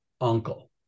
uncle